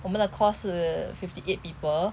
我们的 course 是 fifty eight people